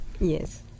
Yes